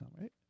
right